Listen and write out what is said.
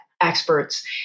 experts